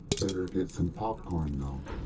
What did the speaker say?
better get some popcorn though,